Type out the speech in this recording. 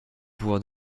pouvoir